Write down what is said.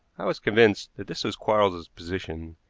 i was convinced this was quarles's position,